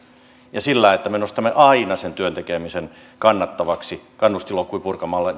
ja sillä että me nostamme aina sen työn tekemisen kannattavaksi kannustinloukkuja purkamalla